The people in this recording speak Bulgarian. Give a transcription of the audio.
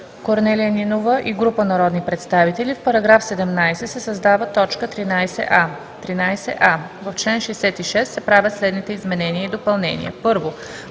Корнелия Нинова и група народни представители: „В § 17 се създава т. 13а: „13а. В чл. 66 се правят следните изменения и допълнения: 1.